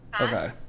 Okay